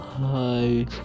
Hi